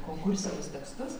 konkursinius tekstus